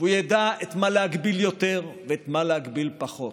והוא ידע את מה להגביל יותר ואת מה להגביל פחות,